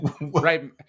Right